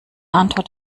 antwort